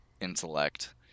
intellect